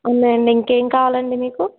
and ఇంక ఎం కావాలండి మీకు